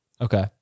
Okay